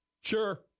sure